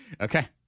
Okay